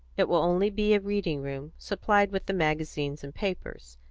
it will only be a reading-room, supplied with the magazines and papers,